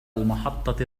المحطة